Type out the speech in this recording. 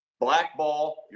blackball